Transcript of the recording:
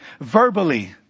verbally